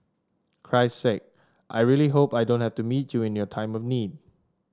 christ sake I really hope I don't have to meet you in your time of need